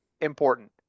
important